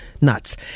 nuts